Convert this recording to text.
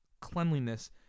cleanliness